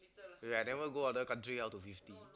ya I never go other country how to fifty